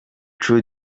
true